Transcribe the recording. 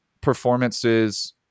performances